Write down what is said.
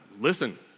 Listen